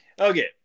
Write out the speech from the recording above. Okay